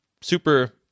super